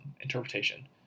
interpretation